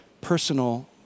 personal